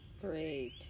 great